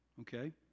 okay